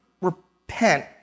repent